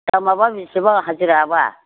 दा माबा बेसेबां हाजिराया बा